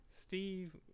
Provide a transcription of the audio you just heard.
steve